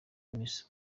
miss